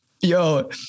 Yo